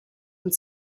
und